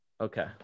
Okay